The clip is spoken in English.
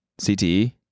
CTE